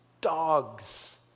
dogs